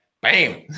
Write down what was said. bam